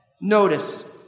Notice